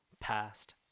past